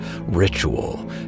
ritual